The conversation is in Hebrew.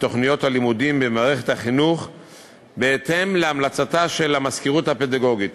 תוכניות הלימודים במערכת החינוך בהתאם להמלצתה של המזכירות הפדגוגית.